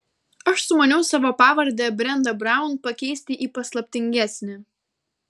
aš sumaniau savo pavardę brenda braun pakeisti į paslaptingesnę